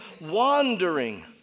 wandering